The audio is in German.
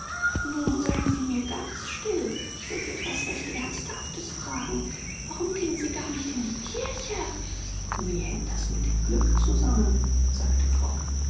nun seien sie mir ganz still ich will sie etwas recht ernsthaftes fragen warum gehen sie gar nicht in die kirche wie hängt das mit dem glück zusammen sagte frock